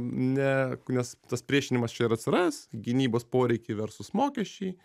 ne nes tas priešinimas čia ir atsiras gynybos poreikiai versus mokesčiai